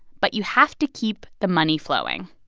but you have to keep the money flowing.